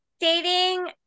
dating –